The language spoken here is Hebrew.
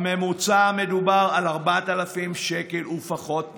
בממוצע מדובר על 4,000 שקל ופחות מזה,